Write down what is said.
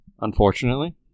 Unfortunately